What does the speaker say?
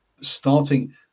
starting